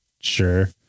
sure